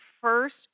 first